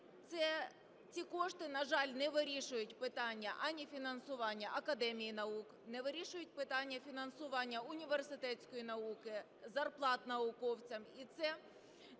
ці кошти, на жаль, не вирішують питання ані фінансування академії наук, не вирішують питання фінансування університетської науки, зарплат науковцям.